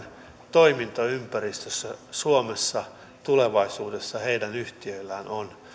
toimintaympäristö suomessa tulevaisuudessa heidän yhtiöillään on